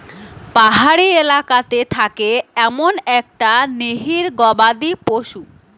পাহাড়ি এলাকাতে থাকে এমন একটা নিরীহ গবাদি পশু